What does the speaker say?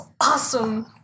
awesome